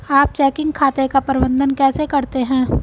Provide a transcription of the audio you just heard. आप चेकिंग खाते का प्रबंधन कैसे करते हैं?